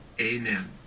Amen